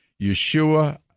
Yeshua